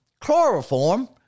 Chloroform